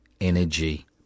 energy